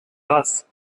grasse